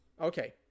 okay